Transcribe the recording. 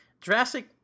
Jurassic